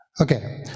Okay